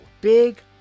Big